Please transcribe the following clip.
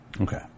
Okay